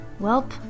Welp